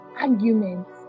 arguments